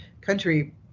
country